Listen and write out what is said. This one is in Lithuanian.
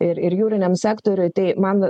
ir ir jūriniam sektoriui tai man